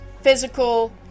physical